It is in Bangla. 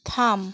থাম